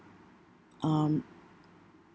um